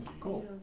cool